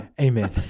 Amen